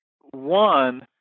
One